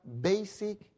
basic